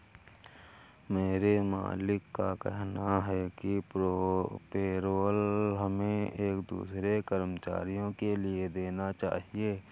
मेरे मालिक का कहना है कि पेरोल हमें एक दूसरे कर्मचारियों के लिए देना चाहिए